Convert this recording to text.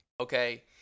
okay